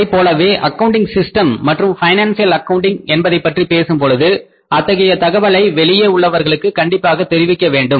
அதைப் போலவே accounting system மற்றும் பைனான்சியல் அக்கவுண்டிங் என்பதை பற்றி பேசும் பொழுது அத்தகைய தகவலை வெளியே உள்ளவர்களுக்கு கண்டிப்பாக தெரிவிக்க வேண்டும்